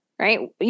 right